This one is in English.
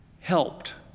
helped